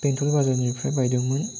बेंथल बाजारनिफ्राय बायदोंमोन